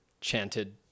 chanted